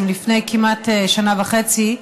לפני כמעט שנה וחצי,